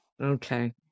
okay